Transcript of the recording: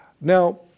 Now